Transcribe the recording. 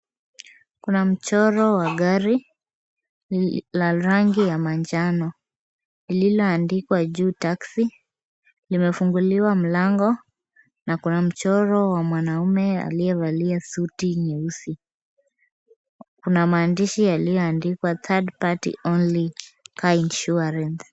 Kuna mchoro wa gari la rangi ya manjano lililo andikwa juu taxi. Limefungulia mlango na kuna mchoro wa mwanaume aliyevalia suti nyeusi. Kuna maandishi yaliyoandikwa third party only car insurance .